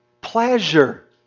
Pleasure